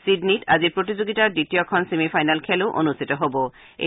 চিডনীত আজি প্ৰতিযোগিতাৰ দ্বিতীয়খন ছেমি ফাইনেল খেলো অনুষ্ঠিত হ'ব